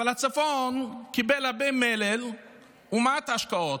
אבל הצפון קיבל הרבה מלל ומעט השקעות,